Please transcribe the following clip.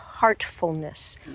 heartfulness